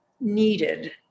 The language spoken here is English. needed